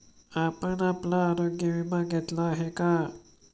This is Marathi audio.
आपण आपला आरोग्य विमा घेतला आहे का?